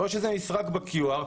או שזה נסרק ב-QR.